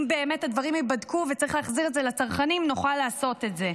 אם באמת הדברים ייבדקו וצריך להחזיר את זה לצרכנים נוכל לעשות את זה.